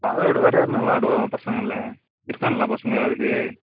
forward வேறு யார் நல்லா ஆடுவா பசங்களில் இருக்கான்களா பசங்கள் யாராவது